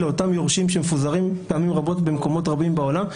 לאותם יורשים שמפוזרים פעמים רבות במקומות רבים בעולם,